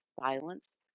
silence